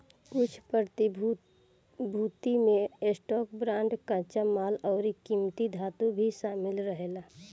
कुछ प्रतिभूति में स्टॉक, बांड, कच्चा माल अउरी किमती धातु भी शामिल रहेला